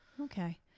Okay